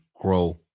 grow